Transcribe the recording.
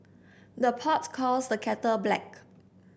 the pot calls the kettle black